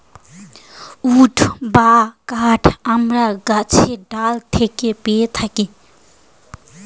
would বা কাঠ আমরা গাছের ডাল থেকেও পেয়ে থাকি